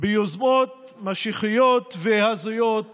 ביוזמות משיחיות והזויות